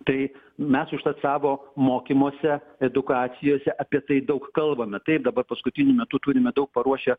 tai mes užtat savo mokymuose edukacijose apie tai daug kalbame taip dabar paskutiniu metu turime daug paruošę